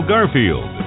Garfield